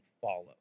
follow